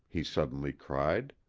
he suddenly cried,